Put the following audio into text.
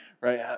right